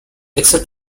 except